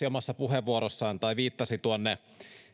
omassa puheenvuorossaan tuonne